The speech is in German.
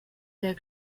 der